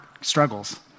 struggles